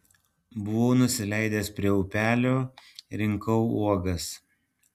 buvau nusileidęs prie upelio rinkau uogas